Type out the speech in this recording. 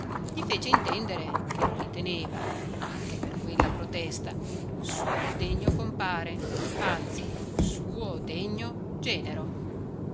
gli fece intendere che lo riteneva anche per quella protesta suo degno compare anzi suo degno genero